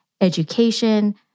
Education